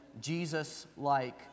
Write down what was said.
Jesus-like